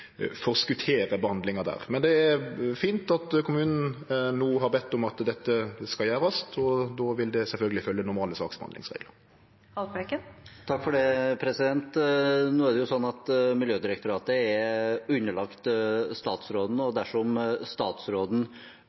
er fint at kommunen no har bedt om at dette skal gjerast, og då vil det sjølvsagt følgje normale saksbehandlingsreglar. Nå er jo Miljødirektoratet underlagt statsråden, og dersom statsråden ønsker at dette området skal sikres som et statlig sikret friluftslivsområde, har han mulighet til det. Så da er spørsmålet mitt: Ønsker statsråden